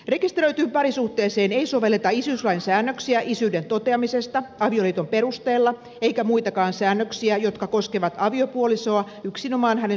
rekisteröityyn parisuhteeseen ei sovelleta isyyslain säännöksiä isyyden toteamisesta avioliiton perusteella eikä muitakaan säännöksiä jotka koskevat aviopuolisoa yksinomaan hänen sukupuolensa perusteella